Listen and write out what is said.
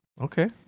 Okay